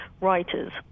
writers